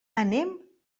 anem